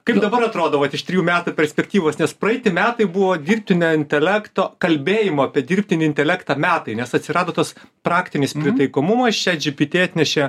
kaip dabar atrodo vat iš trijų metų perspektyvos nes praeiti metai buvo dirbtinio intelekto kalbėjimo apie dirbtinį intelektą metai nes atsirado tas praktinis pritaikomumas chatgpt atnešė